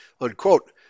unquote